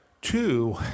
Two